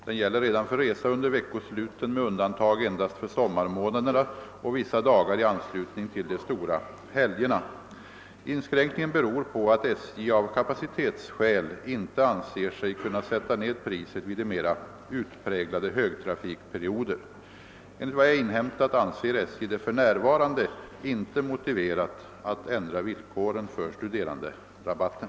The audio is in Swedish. Den gäller redan för resa under veckosluten med undantag endast för sommarmånaderna och vissa dagar i anslutning till de stora helgerna. Inskränkningen beror på att SJ av kapacitetsskäl inte anser sig kunna sätta ned priset vid mera utpräglade högtrafikperioder. Enligt vad jag inhämtat anser SJ det för närvarande inte motiverat att ändra villkoren för studeranderabatten.